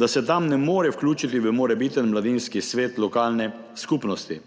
da se tam ne more vključiti v morebiten mladinski svet lokalne skupnosti.